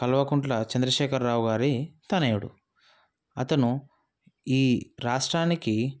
కల్వకుంట్ల చంద్రశేఖర్ రావు గారి తనయుడు అతను ఈ రాష్ట్రానికి